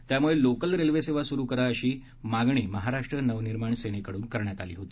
त्यामुळे local railway सेवा सुरू करा अशी सर्वमान्य मागणी महाराष्ट्र नवनिर्माण सेनेकडून करण्यात आली होती